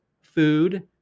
food